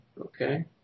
Okay